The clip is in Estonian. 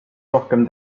rohkem